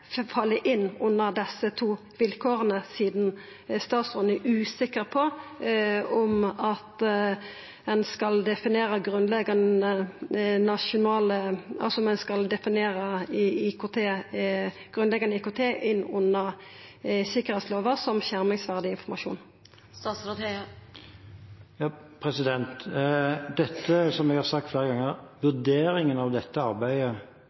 skal falla inn under desse to vilkåra, sidan statsråden er usikker på om ein skal definera grunnleggjande IKT inn under tryggingslova som skjermingsverdig informasjon? Som jeg har sagt flere ganger: Vurderingen av dette arbeidet